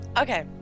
Okay